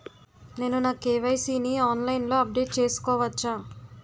నేను నా కే.వై.సీ ని ఆన్లైన్ లో అప్డేట్ చేసుకోవచ్చా?